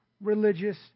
religious